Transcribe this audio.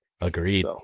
Agreed